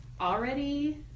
already